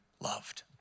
loved